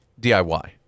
DIY